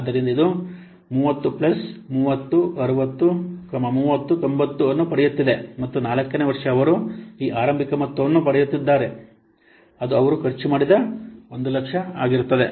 ಆದ್ದರಿಂದ ಇದು 30 ಪ್ಲಸ್ 30 60 30 90 ಅನ್ನು ಪಡೆಯುತ್ತಿದೆ ಮತ್ತು 4 ನೇ ವರ್ಷ ಅವರು ಈ ಆರಂಭಿಕ ಮೊತ್ತವನ್ನು ಪಡೆಯುತ್ತಿದ್ದಾರೆ ಅದು ಅವರು ಖರ್ಚು ಮಾಡಿದ 100000